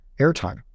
airtime